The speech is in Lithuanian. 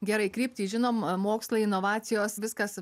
gerai kryptį žinom mokslai inovacijos viskas